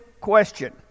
question